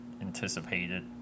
anticipated